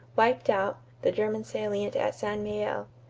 wiped out the german salient at st. mihiel.